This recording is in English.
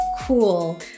cool